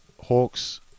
Hawks